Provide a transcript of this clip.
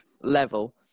level